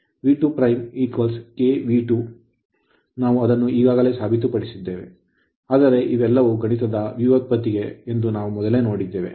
V2 K V 2 ನಾವು ಅದನ್ನು ಈಗಾಗಲೇ ಸಾಬೀತುಪಡಿಸಿದ್ದೇವೆ ಆದರೆ ಇವೆಲ್ಲವೂ ಗಣಿತದ ವ್ಯುತ್ಪತ್ತಿಗೆ ಎಂದು ನಾವು ಮೊದಲು ನೋಡಿದ್ದೇವೆ